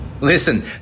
Listen